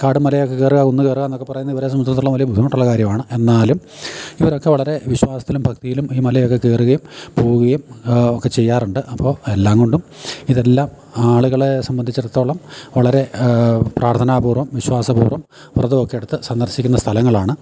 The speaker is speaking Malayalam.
കാടും മലയൊക്കെ കയറുക കുന്നു കയറുക എന്നൊക്കെ പറയുന്നതിവരെ സംബന്ധിച്ചിടത്തോളം വലിയ ബുദ്ധിമുട്ടുള്ള കാര്യമാണ് എന്നാലും ഇവരൊക്കെ വളരെ വിശ്വാസത്തിലും ഭക്തിയിലും ഈ മലയൊക്കെ കയറുകയും പോവുകയും ഒക്കെ ചെയ്യാറുണ്ട് അപ്പോള് എല്ലാം കൊണ്ടും ഇതെല്ലാം ആളുകളെ സംബന്ധിച്ചിടത്തോളം വളരെ പ്രാർഥനാപൂർവം വിശ്വാസപൂർവം വ്രതമൊക്കെ എടുത്തു സന്ദർശിക്കുന്ന സ്ഥലങ്ങളാണ്